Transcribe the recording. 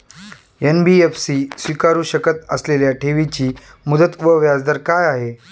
NBFC स्वीकारु शकत असलेल्या ठेवीची मुदत व व्याजदर काय आहे?